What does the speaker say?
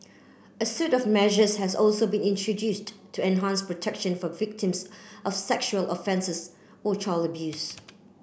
a suite of measures has also been introduced to enhance protection for victims of sexual offences or child abuse